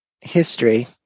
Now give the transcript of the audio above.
history